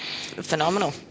phenomenal